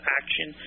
action